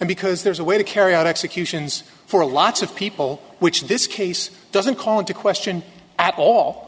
and because there's a way to carry out executions for lots of people which this case doesn't call into question at all